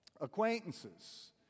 acquaintances